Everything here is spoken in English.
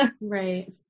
Right